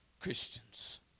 Christians